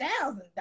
thousand